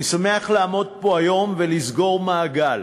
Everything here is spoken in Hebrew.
אני שמח לעמוד פה היום ולסגור מעגל: